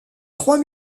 trois